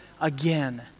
again